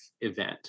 event